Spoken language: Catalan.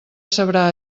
sabrà